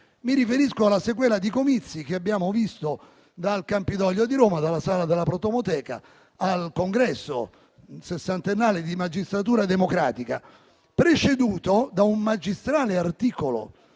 Mi riferisco alla sequela di comizi che abbiamo visto, dal Campidoglio di Roma (nella Sala della Protomoteca) al Congresso sessantennale di Magistratura democratica, preceduto da un magistrale articolo